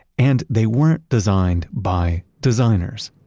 and they weren't designed by designers.